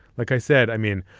like i said, i mean,